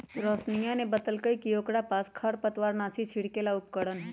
रोशिनीया ने बतल कई कि ओकरा पास खरपतवारनाशी छिड़के ला उपकरण हई